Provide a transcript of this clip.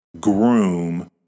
groom